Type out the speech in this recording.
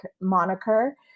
moniker